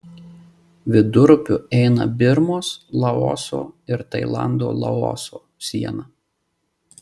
vidurupiu eina birmos laoso ir tailando laoso siena